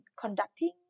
conducting